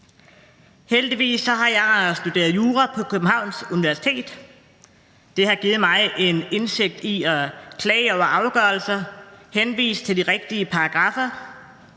Heldigvis har jeg studeret jura på Københavns Universitet, og det har givet mig en indsigt i at klage over afgørelser, henvise til de rigtige paragraffer,